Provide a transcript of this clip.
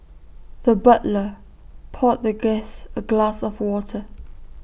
the butler poured the guest A glass of water